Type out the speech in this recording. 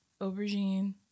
Aubergine